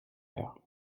heure